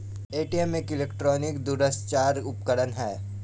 ATM एक electronic दूरसंचार उपकरण है